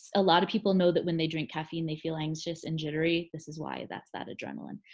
a lot of people know that when they drink caffeine they feel anxious and jittery. this is why, that's that adrenaline.